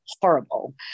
Horrible